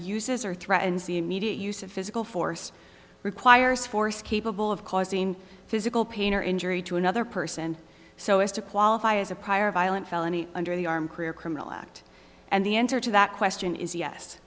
uses or threatens the immediate use of physical force requires force capable of causing physical pain or injury to another person so as to qualify as a prior violent felony under the arm career criminal act and the enter to that question is yes